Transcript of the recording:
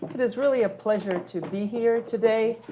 it is really a pleasure to be here today.